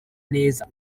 neza